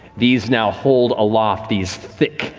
these now hold aloft these thick,